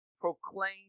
proclaim